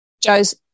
Joe's